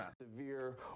...severe